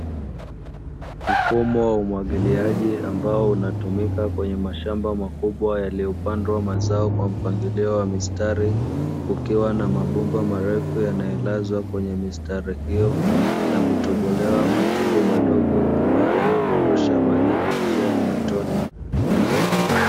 Mfumo wa umwagiliaji ambao unatumika kwenye mashamba makubwa yaliyopandwa mazao kwa mpangilio wa mistari, kukiwa na mabomba marefu yanayolazwa kwenye mistari hiyo; na kutobolewa matundu madogo ambayo yanadondosha maji kwa njia ya matone.